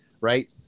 right